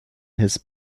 his